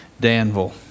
Danville